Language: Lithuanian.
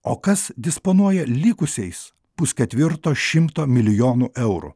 o kas disponuoja likusiais pusketvirto šimto milijonų eurų